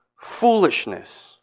foolishness